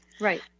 right